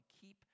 keep